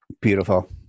Beautiful